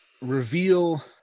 reveal